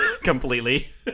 completely